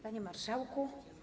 Panie Marszałku!